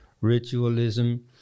ritualism